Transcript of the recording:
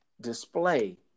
display